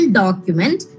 document